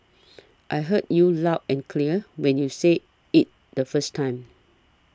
I heard you loud and clear when you said it the first time